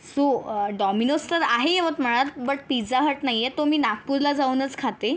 so Domino's तर आहे यवतमाळात बट पिझ्झा हट नाहीये तो मी नागपूरला जाऊनच खाते